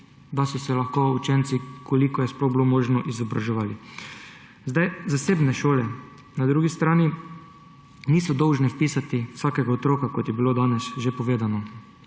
da so se lahko učenci, kolikor je sploh bilo možno, izobraževali. Zasebne šole na drugi strani niso dolžne vpisati vsakega otroka, kot je bilo danes že povedano,